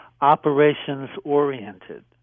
operations-oriented